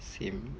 same